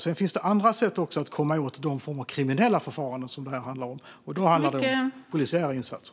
Sedan finns det också andra sätt att komma åt de former av kriminella förfaranden som det här rör sig om. Då handlar det om polisiära insatser.